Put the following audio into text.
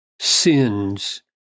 sins